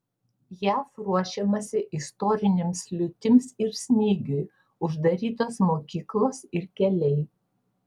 jav ruošiamasi istorinėms liūtims ir snygiui uždarytos mokyklos ir keliai